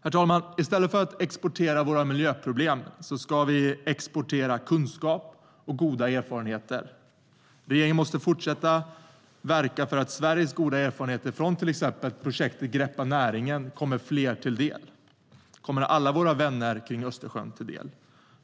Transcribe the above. Herr talman! I stället för att exportera våra miljöproblem ska vi exportera kunskap och goda erfarenheter. Regeringen måste fortsätta verka för att Sveriges goda erfarenheter från till exempel projektet Greppa näringen kommer alla våra vänner kring Östersjön till del.